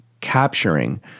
capturing